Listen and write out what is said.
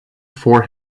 for